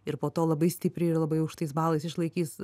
ir po to labai stipriai ir labai aukštais balais išlaikys